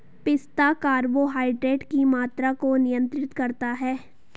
पिस्ता कार्बोहाइड्रेट की मात्रा को नियंत्रित करता है